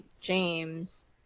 James